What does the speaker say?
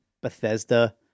Bethesda